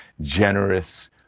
generous